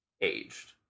aged